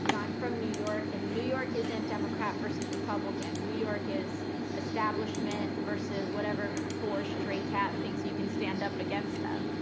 you know i'm from new york, and new york isn't democrat versus republican. new york is establishment versus whatever poor, stray cat thinks you can stand up against ah